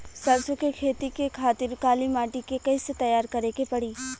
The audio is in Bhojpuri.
सरसो के खेती के खातिर काली माटी के कैसे तैयार करे के पड़ी?